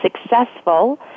successful